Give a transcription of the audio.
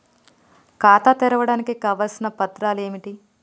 ఖాతా తెరవడానికి కావలసిన పత్రాలు ఏమిటి?